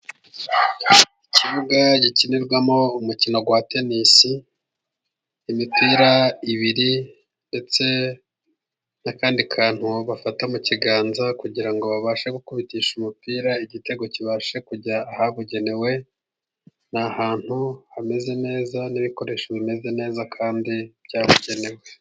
Ikibuga gikinirwamo umukino wa tenisi, imipira ibiri ndetse n'akandi kantu bafata mu kiganza kugira ngo babashe gukubitisha umupira igitego kibashe kujya ahabugenewe. Ni ahantu hameze neza n'ibikoresho bimeze neza, kandi byabugenewe.